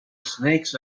snakes